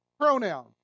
pronoun